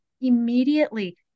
immediately